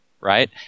right